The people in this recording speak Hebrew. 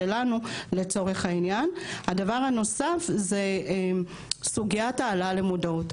דבר נוסף סוגיית ההעלאה למודעות.